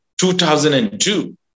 2002